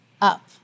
up